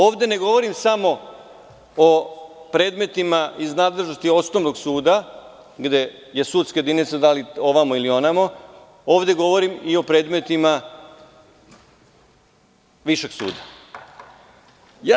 Ovde ne govorim samo o predmetima iz nadležnosti Osnovnog suda, gde je sudska jedinica da li ovamo ili onamo, ovde govorim i o predmetima Višeg suda.